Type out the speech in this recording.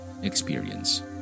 experience